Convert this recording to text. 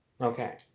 Okay